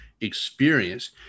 experience